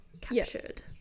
captured